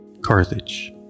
Carthage